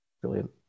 Brilliant